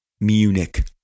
Munich